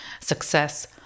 success